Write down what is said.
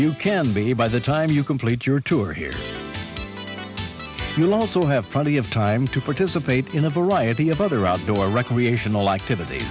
you can be by the time you complete your tour here you'll also have funny have time to participate in a variety of other outdoor recreational activit